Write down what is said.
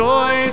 Joy